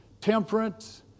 temperance